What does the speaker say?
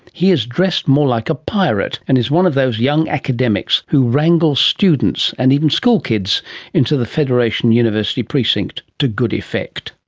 he is dressed more like a pirate and is one of those young academics who wrangles students and even schoolkids into the federation university precinct, to good effect.